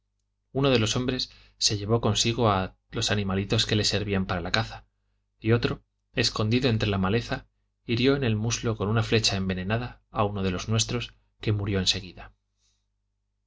uno de los hombres se llevó consigo a los animalitos que les servían para la caza y otro escondido entre la maleza hirió en el muslo con una flecha envenenada a uno de los nuestros que murió en seguida